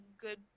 good